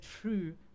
true